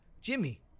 Jimmy